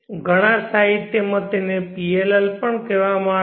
ઘણા સાહિત્યમાં તેને PLLપણ કહેવામાં આવે છે